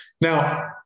Now